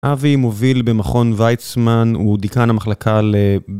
אבי מוביל במכון ויצמן הוא דיקן המחלקה ל...